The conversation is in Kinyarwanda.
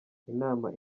inama